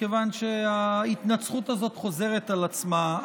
מכיוון שההתנצחות הזאת חוזרת על עצמה,